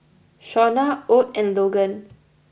Shaunna Ott and Logan